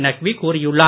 நக்வி கூறியுள்ளார்